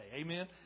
amen